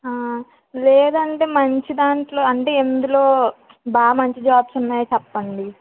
లేదంటే మంచి దాంట్లో అంటే ఎందులో బాగా మంచి జాబ్స్ ఉన్నాయో చెప్పండి